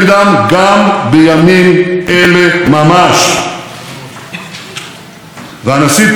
והנשיא טראמפ פועל נגד המשטר הזה כלכלית ברחבי העולם.